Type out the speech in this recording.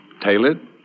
Tailored